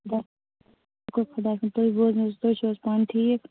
بَس شُکُر خۄدایَس کُن تُہۍ بوزنٲوِو تُہۍ چھِو حظ پانہٕ ٹھیٖک